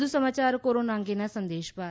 વધુ સમાચાર કોરોના અંગેના આ સંદેશ બાદ